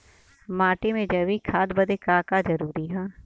माटी में जैविक खाद बदे का का जरूरी ह?